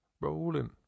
rolling